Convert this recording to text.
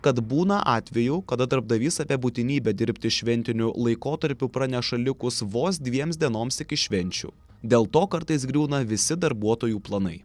kad būna atvejų kada darbdavys apie būtinybę dirbti šventiniu laikotarpiu praneša likus vos dviems dienoms iki švenčių dėl to kartais griūna visi darbuotojų planai